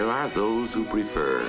there are those who prefer